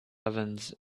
ovens